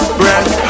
breath